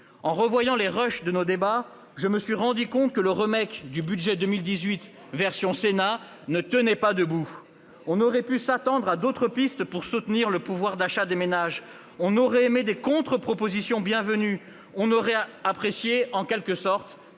En revoyant les rushes de nos débats, je me suis rendu compte que le remake du budget pour 2018 version Sénat ne tenait pas debout. Quel cinéma ! On aurait pu s'attendre à d'autres pistes pour soutenir le pouvoir d'achat des ménages ; on aurait aimé entendre des contre-propositions bienvenues ; on aurait apprécié, en quelque sorte,